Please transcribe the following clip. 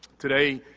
today,